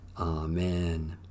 Amen